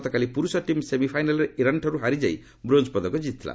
ଗତକାଲି ପୁରୁଷ ଟିମ୍ ସେମିଫାଇନାଲ୍ରେ ଇରାନ୍ଠାରୁ ହାରି ଯାଇ ବ୍ରୋଞ୍ଜ ପଦକ କ୍ତିଥିଲା